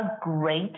great